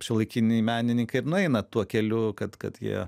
šiuolaikiniai menininkai ir nueina tuo keliu kad kad jie